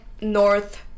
north